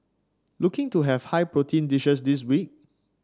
looking to have high protein dishes this week